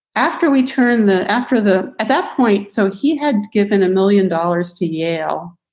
after we turn the after the at that point. so he had given a million dollars to yale.